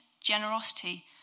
generosity